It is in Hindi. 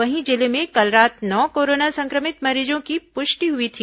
वहीं जिले में कल रात नौ कोरोना संक्रमित मरीजों की पुष्टि हुई थी